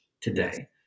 today